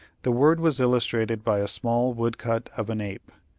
the word was illustrated by a small wood-cut of an ape,